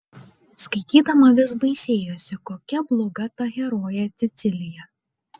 skaitydama vis baisėjosi kokia bloga ta herojė cecilija